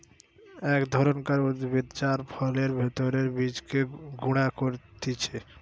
এক ধরণকার উদ্ভিদ যার ফলের ভেতরের বীজকে গুঁড়া করতিছে